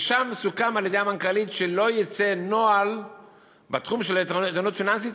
ושם סוכם על-ידי המנכ"לית שלא יוצא נוהל בתחום של איתנות פיננסית,